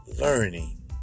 learning